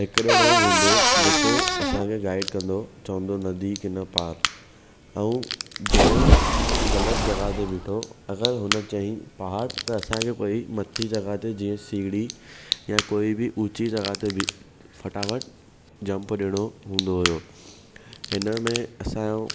हिकु जणो हूंदो जेको असांखे गाइड कंदो चवंदो नदी की न पार ऐं जंहिं ग़लति जॻहि ते बीठो अगरि हुन चयईं पहाड़ त असांखे कोई मथी जॻहि ते जीअं सीड़ी या कोई बि ऊची जॻहि ते बि फटाफट जंप ॾियणो हूंदो हुयो हिन में असांजो